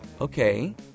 Okay